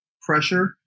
pressure